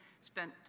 spent